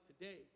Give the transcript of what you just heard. today